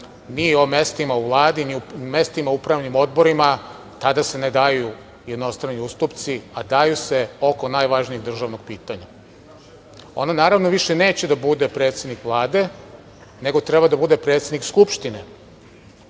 ni o mestima u Vladi, ni u mestima upravnim odborima, tada se ne daju jednostrani ustupci, a daju se oko najvažnijeg državnog pitanja. Ona naravno više neće da bude predsednik Vlade, nego treba da bude predsednik Skupštine,